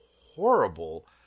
horrible